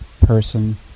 person